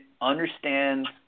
understands